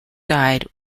died